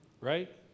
right